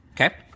Okay